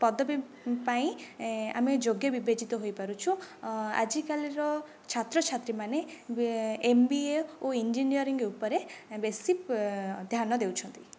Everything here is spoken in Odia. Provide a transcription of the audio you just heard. ପଦବୀ ପାଇଁ ଆମେ ଯୋଗ୍ୟ ବିବେଚିତ ହୋଇପାରୁଛୁ ଆଜିକାଲିର ଛାତ୍ର ଛାତ୍ରୀମାନେ ଏମ ବି ଏ ଓ ଇଞ୍ଜିନିୟରିଂ ଉପରେ ବେଶି ଧ୍ୟାନ ଦେଉଛନ୍ତି